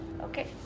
Okay